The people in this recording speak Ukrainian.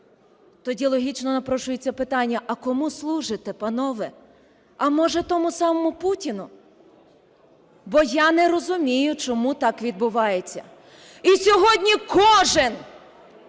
Тоді логічно напрошується питання: а кому служите, панове? А може тому самому Путіну? Бо я не розумію, чому так відбувається. І сьогодні кожен,